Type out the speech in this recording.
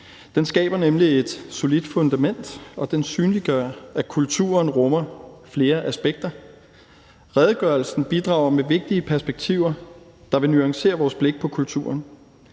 Den skaber nemlig et solidt fundament, og den synliggør, at kulturen rummer flere aspekter. Redegørelsen bidrager med vigtige perspektiver, der vil nuancere vores blik på kulturen.